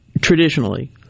traditionally